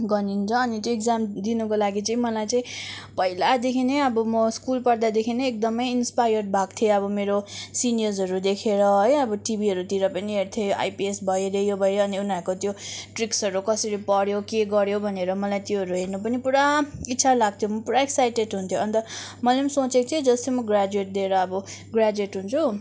गनिन्छ अनि चाहिँ इक्जाम दिनुको लागि चाहिँ मलाई चाहिँ पहिलादेखि नै अब म स्कुल पढ्दादेखि नै एकदमै इन्सपायरड भएको थिएँ अब मेरो सिनियर्सहरू देखेर है अब टिभीहरूतिर पनि हेर्थेँ आइपिएस भयो रे यो भयो रे अनि उनीहरूको त्यो ट्रिक्सहरू कसरी पढ्यो के गर्यो भनेर मलाई चाहिँ त्योहरू हेर्नु पनि पुरा इच्छा लाग्थ्यो पुरा एक्साइटेट हुन्थेँ अन्त मैले पनि सोचेको थिएँ जस्तै म ग्र्याजुएट दिएर अब ग्र्याजुएट हुन्छु